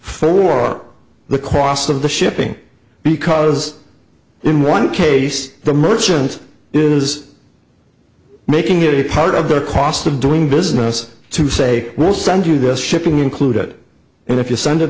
for the cost of the shipping because in one case the merchant is making it a part of the cost of doing business to say we'll send you this shipping included and if you send it